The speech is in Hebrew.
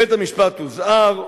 בית המשפט הוזהר,